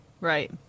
Right